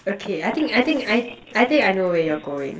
okay I think I think I think I think I know where you're going